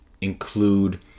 include